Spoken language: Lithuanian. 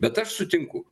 bet aš sutinku